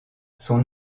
sont